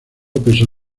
peso